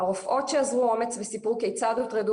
הרופאות שאזרו אומץ וסיפרו כיצד הוטרדו